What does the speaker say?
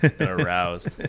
Aroused